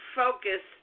focus